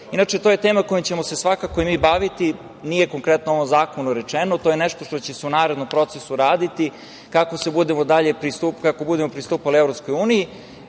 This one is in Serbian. Inače, to je tema kojom ćemo se svakako i mi baviti. Nije konkretno u ovom zakonu rečeno. To je nešto što će se u narednom procesu raditi kako budemo pristupali EU iz